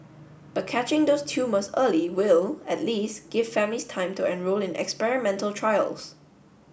but catching those tumours early will at least give families time to enrol in experimental trials